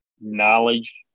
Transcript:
knowledge